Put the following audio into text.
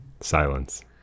Silence